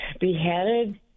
beheaded